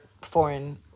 foreign